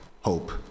hope